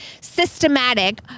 systematic